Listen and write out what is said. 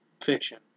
Fiction